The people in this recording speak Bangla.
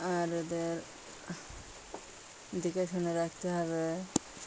আর ওদের দেখেশুনে রাখতে হবে